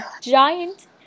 giant